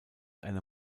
einer